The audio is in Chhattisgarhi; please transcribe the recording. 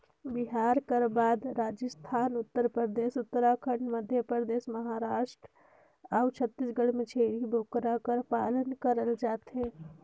बिहार कर बाद राजिस्थान, उत्तर परदेस, उत्तराखंड, मध्यपरदेस, महारास्ट अउ छत्तीसगढ़ में छेरी बोकरा कर पालन करल जाथे